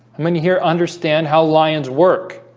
and when you hear understand how lions work